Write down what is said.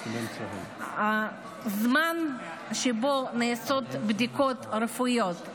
הזמן שבו נעשות בדיקות רפואיות,